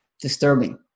disturbing